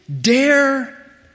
dare